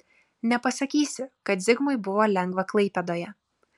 nepasakysi kad zigmui buvo lengva klaipėdoje